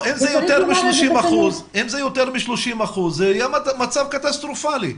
אם זה יותר מ-30 אחוזים, זה מצב קטסטרופלי.